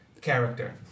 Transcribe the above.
character